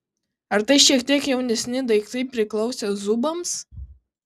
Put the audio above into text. ar tai šiek tiek jaunesni daiktai priklausę zubams